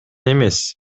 эмес